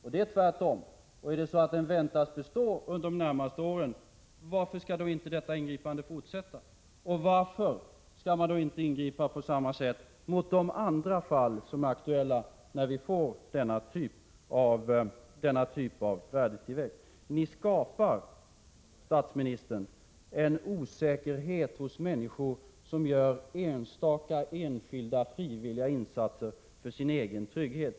Är det så att värdetillväxten väntas bestå under de närmaste åren, varför skall då inte detta ingripande fortsätta, och varför skall man då inte ingripa på samma sätt mot andra fall som är aktuella, där man får denna typ av värdetillväxt? Ni skapar, statsministern, en osäkerhet hos enskilda människor som gör enstaka frivilliga insatser för sin egen trygghet.